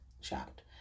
shocked